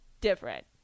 different